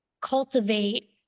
cultivate